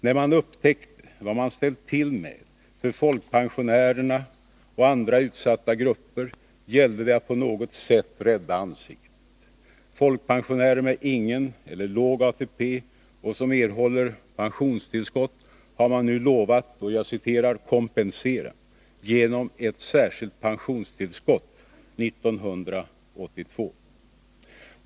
När man upptäckte vad man ställt till med för folkpensionärerna och andra utsatta grupper gällde det att på något sätt rädda ansiktet. Folkpensionärer med ingen eller låg ATP och som erhåller pensionstillskott har man nu lovat att ”kompensera” genom ett särskilt pensionstillskott 1982.